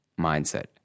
Mindset